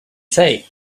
say